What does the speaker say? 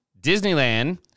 Disneyland